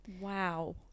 Wow